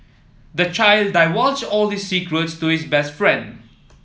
the child divulged all his secrets to his best friend